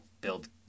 build